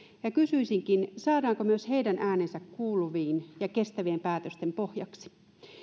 kysyisinkin saadaanko myös heidän äänensä kuuluviin ja kestävien päätösten pohjaksi